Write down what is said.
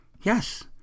Yes